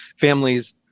families